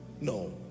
no